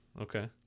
Okay